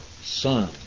son